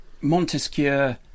Montesquieu